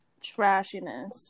Trashiness